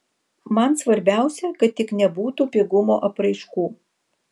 man svarbiausia kad tik nebūtų pigumo apraiškų